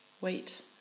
wait